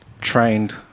trained